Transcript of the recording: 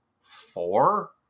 four